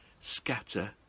scatter